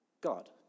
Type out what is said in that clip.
God